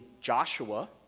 Joshua